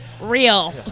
real